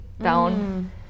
down